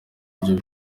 ibyo